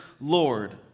Lord